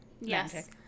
Yes